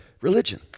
religion